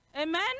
amen